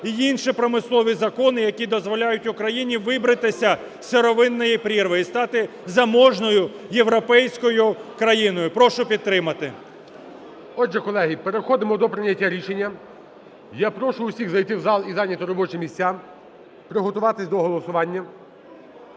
і інші промислові закони, які дозволяють Україні вибратися з сировинної прірви і стати заможною, європейською країною. Прошу підтримати. ГОЛОВУЮЧИЙ. Отже, колеги, переходимо до прийняття рішення. Я прошу усіх зайти в зал і зайняти робочі місця, приготуватись до голосування.